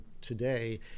today